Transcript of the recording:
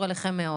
קשור אליכם מאוד.